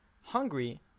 hungry